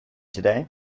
today